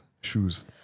shoes